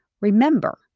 Remember